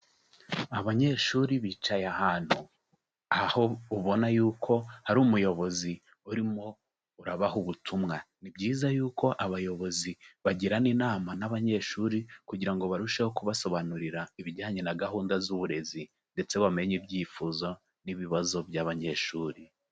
Abanyeshuri bicaye ahantu, aho ubona yuko hari umuyobozi urimo urabaha ubutumwa, ni byiza yuko abayobozi bagirana inama n'abanyeshuri kugira ngo barusheho kubasobanurira ibijyanye na gahunda z'uburezi ndetse bamenye ibyifuzo n'ibibazo by'abanyeshuri.